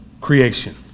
Creation